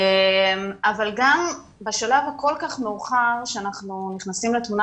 אבל גם בשלב הכול כך מאוחר שאנחנו נכנסים לתמונה,